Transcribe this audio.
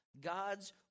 God's